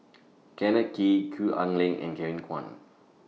Kenneth Kee Gwee Ah Leng and Kevin Kwan